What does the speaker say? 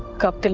god. and